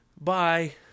bye